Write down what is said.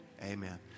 Amen